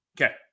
Okay